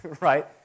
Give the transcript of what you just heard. Right